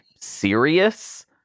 serious